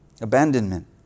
Abandonment